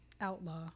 outlaw